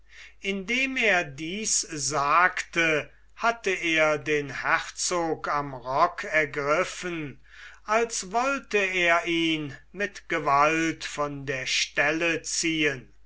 indem er dies sagte hatte den herzog am rock ergriffen als wollte er ihn mit gewalt von der stelle ziehen